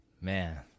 Man